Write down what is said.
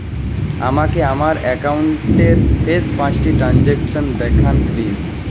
আমাকে আমার একাউন্টের শেষ পাঁচটি ট্রানজ্যাকসন দেখান প্লিজ